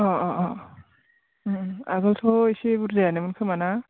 अह अह अह उम उम आगोलथ' एसे बुरजायानोमोन खोमा ना